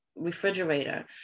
refrigerator